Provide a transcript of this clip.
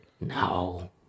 no